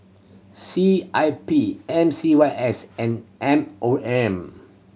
C I P M C Y S and M O M